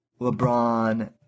LeBron